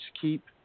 keep